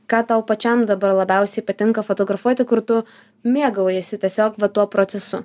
ką tau pačiam dabar labiausiai patinka fotografuoti kur tu mėgaujiesi tiesiog va tuo procesu